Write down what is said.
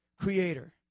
Creator